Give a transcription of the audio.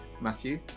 Matthew